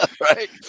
right